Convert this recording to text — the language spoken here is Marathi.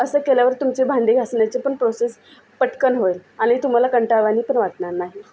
असं केल्यावर तुमचे भांडी घासण्याची पण प्रोसेस पटकन होईल आणि तुम्हाला कंटाळवाणी पण वाटणार नाही